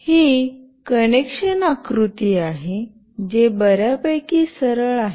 हे कनेक्शन आकृती आहे जे बर्यापैकी सरळ आहे